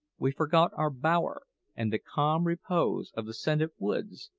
we forgot our bower and the calm repose of the scented woods,